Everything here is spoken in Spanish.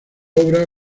obra